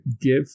give